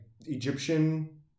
Egyptian